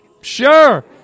Sure